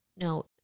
No